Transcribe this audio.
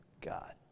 God